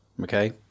okay